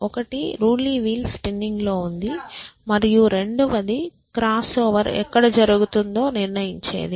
ఒకటి రూలీ wheel spinning లో ఉంది మరియు రెండవది క్రాస్ఓవర్ ఎక్కడ జరుగుతుందో నిర్ణయించేది